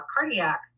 cardiac